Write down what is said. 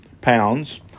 pounds